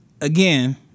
Again